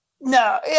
No